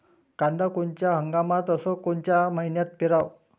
कांद्या कोनच्या हंगामात अस कोनच्या मईन्यात पेरावं?